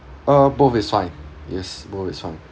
uh both is fine yes both is fine